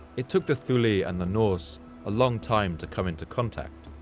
it took the thuli and the norse a long time to come into contact,